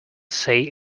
say